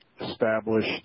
established